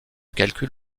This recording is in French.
calcul